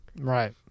right